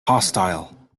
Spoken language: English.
hostile